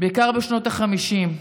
בעיקר בשנות החמישים.